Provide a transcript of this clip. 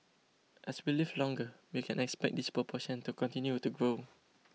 as we live longer we can expect this proportion to continue to grow